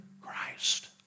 Christ